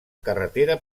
carretera